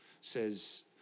says